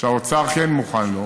שהאוצר כן מוכן לו